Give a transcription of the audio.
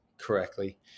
correctly